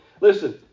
Listen